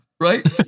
right